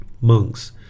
Monks